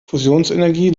fusionsenergie